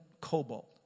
Cobalt